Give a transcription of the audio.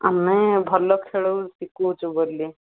ଆମେ ଭଲ ଖେଳ ଶିଖାଉଛୁ ବୋଲି